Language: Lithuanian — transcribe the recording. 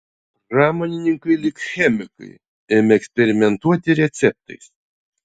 pramonininkai lyg chemikai ėmė eksperimentuoti receptais